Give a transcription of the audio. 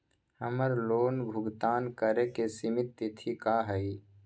हमर लोन भुगतान करे के सिमित तिथि का हई?